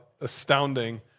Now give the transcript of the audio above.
astounding